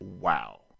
wow